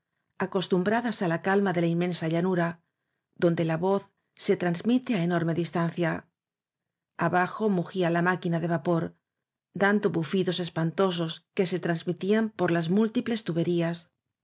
acostumbradas á la calma de la inmensa llanura donde la voz se transmite á enorme distancia abajo mugía la máquina de vapor dando bufidos espantosos que se trans mitían por las múltiples tuberías